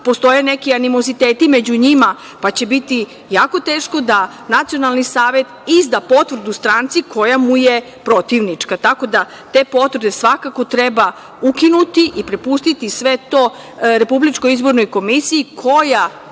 postoje neke animoziteti među njima, pa će biti jako teško da nacionalni savet izda potvrdu stranci koja mu je protivnička. Tako da, te potvrde svakako treba ukinuti i prepustiti sve to RIK, koja nekad u nekom